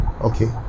okay